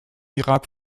irak